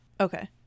okay